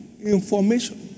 information